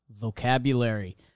Vocabulary